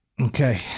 Okay